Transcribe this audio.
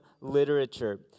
literature